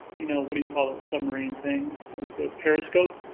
you know, what do you call it, submarine thing? like the periscope?